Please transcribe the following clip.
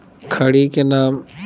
खड़ी के नाम?